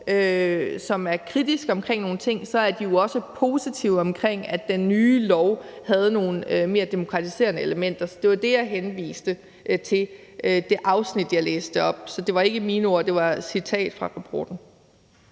som er kritisk omkring nogle ting, må vi sige, at de jo også er positive, i forhold til at den nye lov har nogle mere demokratiserende elementer. Så det var det, jeg henviste til i det afsnit, jeg læste op. Så det var ikke mine ord; det var et citat fra rapporten.